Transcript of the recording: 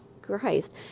Christ